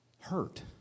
hurt